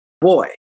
boy